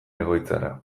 egoitzara